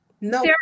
No